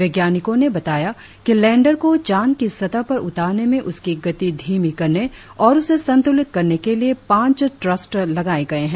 वैज्ञानिकों ने बताया कि लैंडर को चांद की सतह पर उतारने में उसकी गति धीमी करने और उसे संतुलित करने के लिए पांच थ्रस्टर लगाए गए हैं